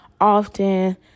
often